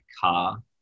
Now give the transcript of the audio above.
car